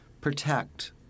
protect